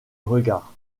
regard